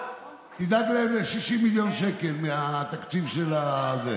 תדאג להם ל-60 מיליון שקל מהתקציב של זה.